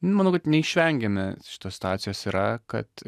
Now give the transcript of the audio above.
nu manau kad neišvengiami šitos situacijos yra kad